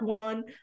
one